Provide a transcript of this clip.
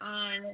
on